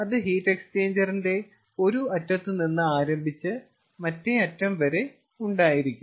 അത് ഹീറ്റ് എക്സ്ചേഞ്ചറിന്റെ ഒരു അറ്റത്ത് നിന്ന് ആരംഭിച്ച് മറ്റേ അറ്റം വരെ ഉണ്ടായിരിക്കും